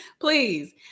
Please